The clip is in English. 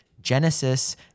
Genesis